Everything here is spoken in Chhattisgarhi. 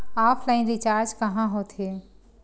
ऑफलाइन रिचार्ज कहां होथे?